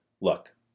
Look